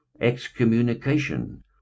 excommunication